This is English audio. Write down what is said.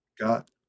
Got